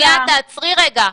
ד"ר אלרעי, שנייה, תעצרי רגע.